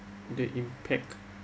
the impact